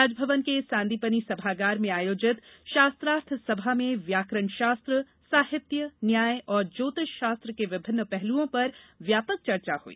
राजभवन के सांदीपनि सभागार में आयोजित शास्त्रार्थ सभा में व्याकरण शास्त्र साहित्य शास्त्र न्याय शास्त्र और ज्योतिष शास्त्र के विभिन्न पहलुओं पर व्यापक चर्चा हई